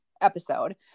episode